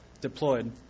deployed